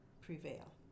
prevail